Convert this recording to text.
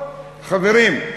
חברים,